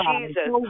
Jesus